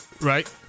right